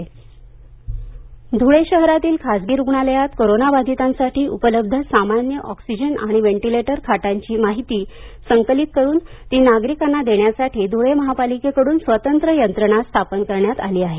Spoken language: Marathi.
धुळे धुळे शहरातील खासगी रूग्णालयात कोरोना बाधितांसाठी उपलब्ध सामान्य ऑक्सिजन आणि व्हेटिंलेटर खाटांची माहिती संकलित करून ती नागरीकांनी देण्यासाठी ध्रुळे महापालिकेकडून स्वतंत्र यंत्रणा स्थापन करण्यात आली आहे